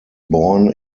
born